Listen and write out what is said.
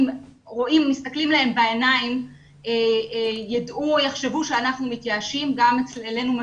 ומסתכלים להם בעיניים יידעו או יחשבו שאנחנו מתייאשים.